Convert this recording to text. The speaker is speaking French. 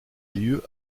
lieu